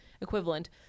equivalent